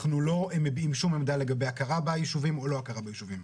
אנחנו לא מביעים שום עמדה לגבי הכרה ביישובים או לא הכרה ביישובים.